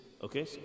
Okay